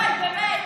די, באמת.